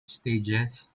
stages